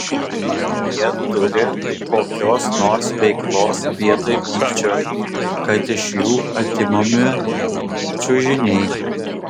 ar jie turi kokios nors veiklos vietoj pykčio kad iš jų atimami čiužiniai